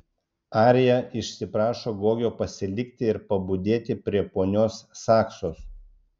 arija išsiprašo gogio pasilikti ir pabudėti prie ponios saksos